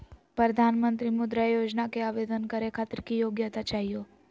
प्रधानमंत्री मुद्रा योजना के आवेदन करै खातिर की योग्यता चाहियो?